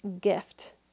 gift